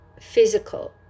physical